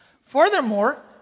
Furthermore